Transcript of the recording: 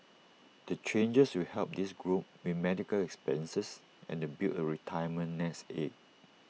the changes will help this group with medical expenses and to build A retirement nest egg